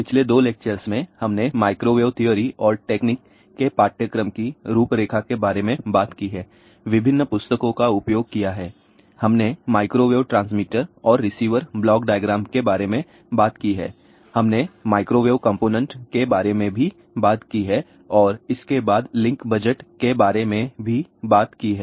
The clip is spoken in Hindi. पिछले दो लेक्चर में हमने माइक्रोवेव थ्योरी और टेक्निक Microwave Theory Technique के पाठ्यक्रम की रूपरेखा के बारे में बात की है विभिन्न पुस्तकों का उपयोग किया है हमने माइक्रोवेव ट्रांसमीटर और रिसीवर ब्लॉक डायग्राम के बारे में बात की है हमने माइक्रोवेव कंपोनेंट के बारे में भी बात की है और इसके बाद लिंक बजट के बारे में बात की है